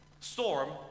storm